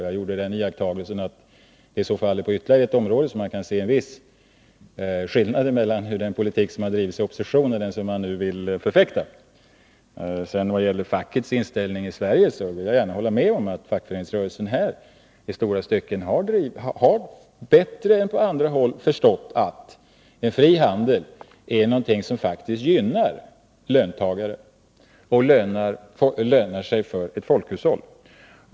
Jag gjorde den iakttagelsen att det här i så fall är ytterligare ett område där man kan se en viss skillnad mellan den politik som har drivits i opposition och den som man nu vill förfäkta. Vad gäller fackets inställning i Sverige vill jag gärna hålla med om att fackföreningsrörelsen här i stora stycken bättre än på andra håll har förstått att en fri handel är någonting som faktiskt gynnar löntagare och som lönar sig för ett folkhushåll.